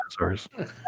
dinosaurs